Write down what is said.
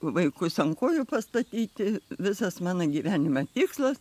vaikus ant kojų pastatyti visas mano gyvenime tikslas